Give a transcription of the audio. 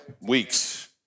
weeks